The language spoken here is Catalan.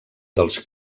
dels